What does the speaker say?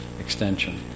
extension